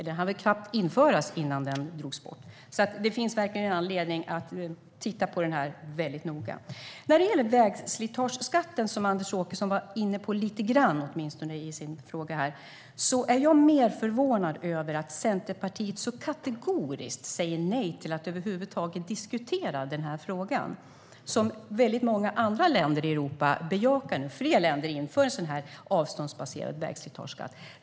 Den hann knappt införas innan den drogs bort. Det finns verkligen anledning att titta noga på den frågan. När det gäller vägslitageskatten, som Anders Åkesson åtminstone var inne på lite grann i sin fråga, är jag mer förvånad över att Centerpartiet kategoriskt säger nej till att över huvud taget diskutera den. Väldigt många andra länder i Europa bejakar detta. Fler länder inför en avståndsbaserad vägslitageskatt.